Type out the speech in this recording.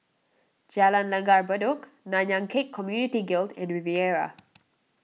Jalan Langgar Bedok Nanyang Khek Community Guild and Riviera